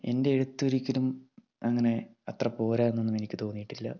എൻ്റെ എഴുത്തൊരിക്കലും അങ്ങനെ അത്ര പോരാന്നൊന്നും എനിക്ക് തോന്നിയിട്ടില്ല